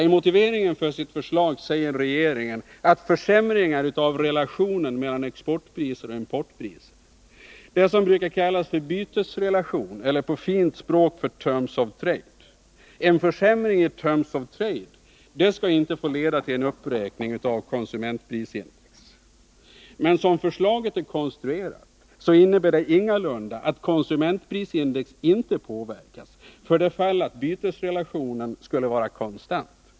I motiveringen för sitt förslag säger regeringen att försämringar av relationen mellan exportpriser och importpriser — det som brukar kallas bytesrelation eller på fint språk terms of trade — inte skall föranleda någon uppräkning av konsumentprisindex. Men som förslaget är konstruerat innebär det dock ingalunda att konsumentprisindex inte påverkas för det fall att bytesrelationen skulle vara konstant.